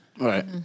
Right